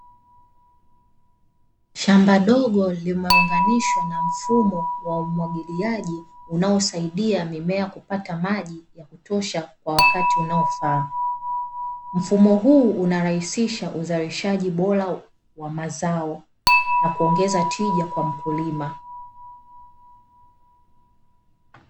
Shamba dogo limeunganishwa na mfumo wa umwagiliaji unaosaidia mimea kupata maji ya kutosha kwa wakati unaofaa. Mfumo huu unarahisisha uzalishaji bora wa mazao na kuongeza tija kwa mkulima.